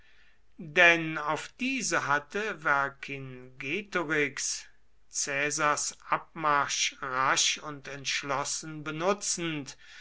denn auf diese hatte vercingetorix caesars abmarsch rasch und entschlossen benutzend